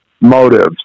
motives